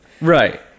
Right